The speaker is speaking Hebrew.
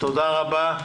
תודה רבה גברתי.